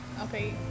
Okay